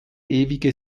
ewige